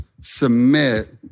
Submit